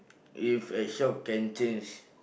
if at shop can change